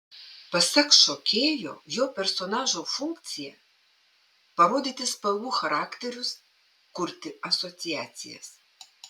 pasak šokėjo jo personažo funkcija parodyti spalvų charakterius kurti asociacijas